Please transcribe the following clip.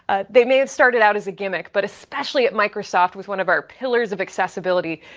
ah they may have started out as a gimmick. but especially at microsoft, with one of our pillars of accessibility,